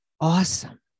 Awesome